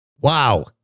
Wow